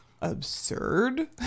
absurd